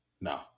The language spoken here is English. No